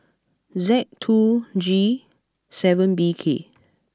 Z two G seven B K